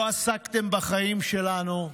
לא עסקתם בחיים שלנו,